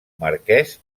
marquès